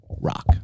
rock